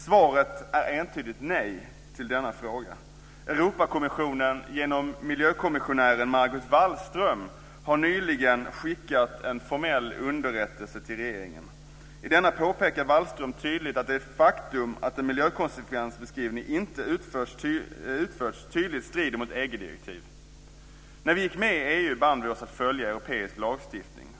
Svaret är entydigt nej till de frågorna. Kommissionen, genom miljökommissionären Margot Wallström, har nyligen skickat en formell underrättelse till regeringen. I denna påpekar Wallström tydligt att det faktum att en miljökonsekvensbeskrivning inte utförts tydligt strider mot EG direktiv. När vi gick med i EU band vi oss vid att följa europeisk lagstiftning.